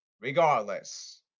regardless